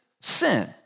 sin